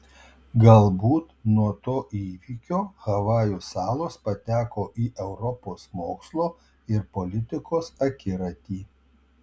galbūt nuo to įvykio havajų salos pateko į europos mokslo ir politikos akiratį